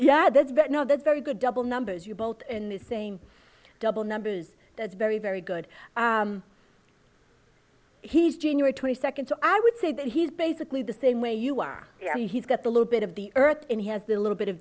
does that know that very good double numbers you bolt in the same double numbers that's very very good he's january twenty second so i would say that he's basically the same way you are he's got the little bit of the earth and he has the little bit of